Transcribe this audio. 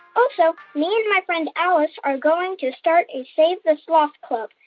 also, me and my friend alice are going to start a save the sloths club.